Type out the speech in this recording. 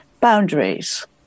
boundaries